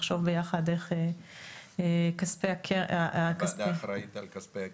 לחשוב ביחד איך כספי --- מה זה אחריות על כספי הקרן,